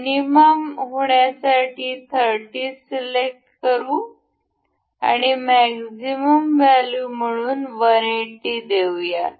minimum होण्यासाठी 30 select करू आणि मॅक्झिमम व्हॅल्यू म्हणून 180 देऊयात